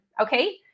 okay